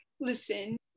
listen